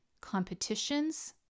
competitions